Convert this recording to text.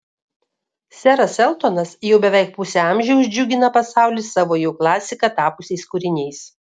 seras eltonas jau beveik pusę amžiaus džiugina pasaulį savo jau klasika tapusiais kūriniais